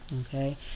Okay